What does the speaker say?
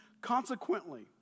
Consequently